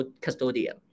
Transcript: custodian